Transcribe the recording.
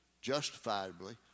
justifiably